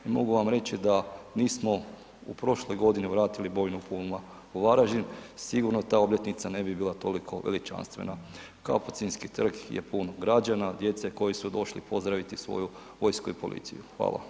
Mogu vam reći da nismo smo u prošloj godini vratili bojnu Puma u Varaždin, sigurno ta obljetnica ne bi bila toliko veličanstvena kao ... trg je pun građana, djece koji su došli pozdraviti svoju vojsku i policiju, hvala.